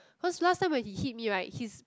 cause last time when he hit me right his